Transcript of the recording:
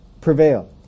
prevail